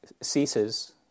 ceases